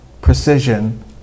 precision